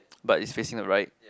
but it's facing the right